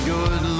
Good